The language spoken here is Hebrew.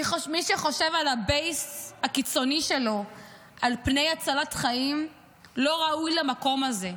מי שחושב על הבייס הקיצוני שלו על פני הצלת חיים לא ראוי למקום הזה.